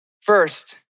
First